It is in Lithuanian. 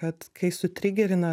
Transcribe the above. kad kai sutrigerina